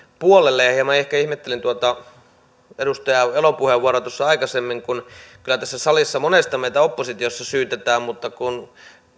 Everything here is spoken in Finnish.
puolelle hieman ehkä ihmettelen edustaja elon puheenvuoroa tuossa aikaisemmin kyllä tässä salissa monesti meitä oppositiossa syytetään mutta kun